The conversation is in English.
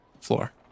floor